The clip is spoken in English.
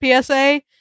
PSA